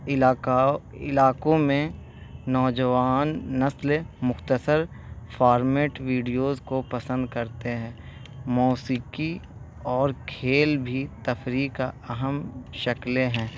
علاقہ علاقوں میں نوجوان نسلیں مختصر فارمیٹ ویڈیوز کو پسند کرتے ہیں موسیقی اور کھیل بھی تفریح کا اہم شکلیں ہیں